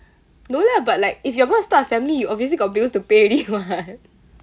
no lah but like if you're gonna start a family you obviously got bills to pay already [what]